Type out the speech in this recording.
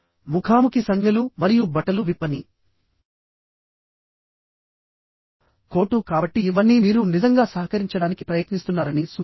ముఖాముఖి సంజ్ఞలు మరియు బట్టలు విప్పని కోటు కాబట్టి ఇవన్నీ మీరు నిజంగా సహకరించడానికి ప్రయత్నిస్తున్నారని సూచిస్తాయి